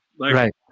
Right